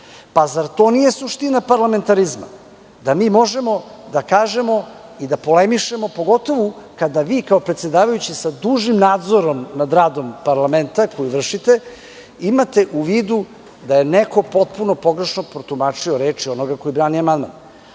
Zar to nije suština parlamentarizma, da možemo da kažemo i da polemišemo pogotovu, kada vi kao predsedavajući sa dužnim nadzorom nad radom parlamenta, koji vršite, imate u vidu da je neko potpuno pogrešno protumačio reči onoga ko brani amandman.